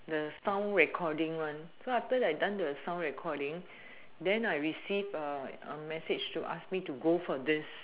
the sound recording one so after I done the sound recording then I receive a a message to ask me to go for this